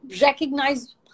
recognize